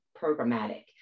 programmatic